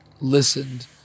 listened